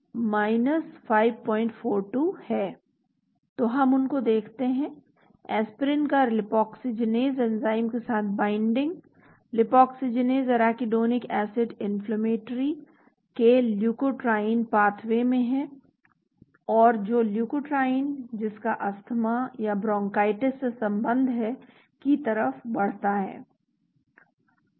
तो हम उनको देखते हैं एस्पिरिन का लिपोक्सिजीनेज़ एंजाइम के साथ binding lipoxygenase arachidonic acid inflammatory के ल्यूकोट्राईइन पाथवे में है और जो ल्यूकोट्राईइन जिसका अस्थमा ब्रोंकाइटिस से संबंध है की तरफ बढ़ता है